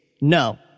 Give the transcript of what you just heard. No